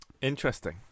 interesting